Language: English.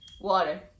Water